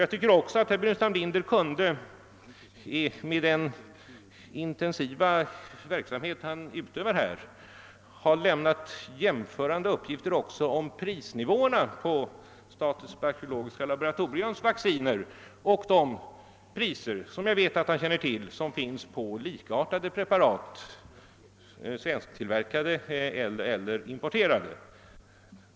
Jag tycker att herr Burenstam Linder med hänsyn till den intensiva verksamhet han utövar i detta sammanhang också kunde ha lämnat jämförande uppgifter om prisnivåerna beträffande statens bakteriologiska laboratoriums vacciner och andra likartade svensktillverkade eller importerade preparat. Jag vet att han känner till dessa priser.